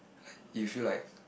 like you feel like